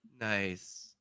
nice